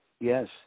yes